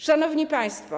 Szanowni Państwo!